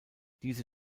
diese